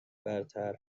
برتر